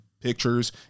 pictures